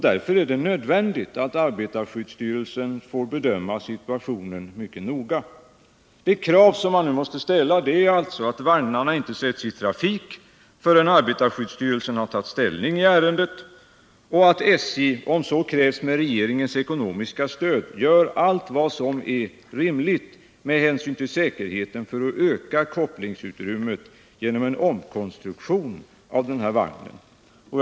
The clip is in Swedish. Därför är det nödvändigt att arbetarskyddsstyrelsen får bedöma situationen mycket noga. De krav man nu måste ställa är alltså att vagnarna inte sätts i trafik förrän arbetarskyddsstyrelsen har tagit ställning i ärendet och att SJ, om så krävs, med regeringens ekonomiska stöd gör allt vad som är rimligt med hänsyn till säkerheten för att öka kopplingsutrymmet genom en omkonstruktion av den här vagntypen.